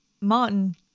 Martin